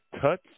touch